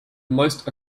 most